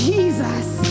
Jesus